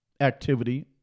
activity